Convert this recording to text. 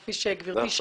כפי שגברתי,